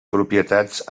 propietats